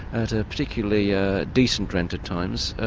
at a particularly ah decent rent at times.